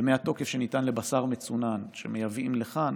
מספר ימי התוקף שניתנים לבשר מצונן שמייבאים לכאן